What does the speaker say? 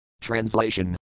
Translation